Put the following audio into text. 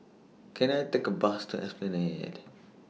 Can I Take A Bus to Esplanade